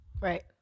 Right